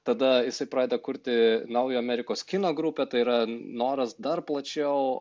tada jisai pradeda kurti naujo amerikos kino grupę tai yra noras dar plačiau